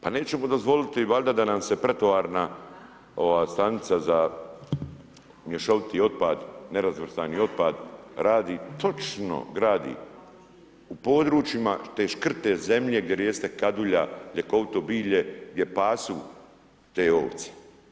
Pa nećemo dozvoliti valjda da nam se pretovarna stanica za mješoviti otpad, nerazvrstani otpad radi točno gradi u područjima te škrte zemlje gdje raste kadulja, ljekovito bilje, gdje pasu te ovce.